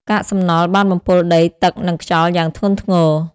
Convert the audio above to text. កាកសំណល់បានបំពុលដី ទឹក និងខ្យល់យ៉ាងធ្ងន់ធ្ងរ។